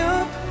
up